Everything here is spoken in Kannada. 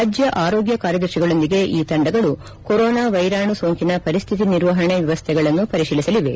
ರಾಜ್ಯ ಆರೋಗ್ಯ ಕಾರ್ಯದರ್ಶಿಗಳೊಂದಿಗೆ ಈ ತಂಡಗಳು ಕೊರೋನಾ ವೈರಾಣು ಸೋಂಕಿನ ಪರಿಸ್ಥಿತಿ ನಿರ್ವಹಣೆ ವ್ಯವಸ್ಥೆಗಳನ್ನು ಪರಿಶೀಲಿಸಲಿವೆ